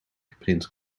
geprint